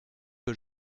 que